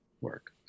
work